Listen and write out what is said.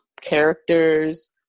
characters